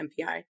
MPI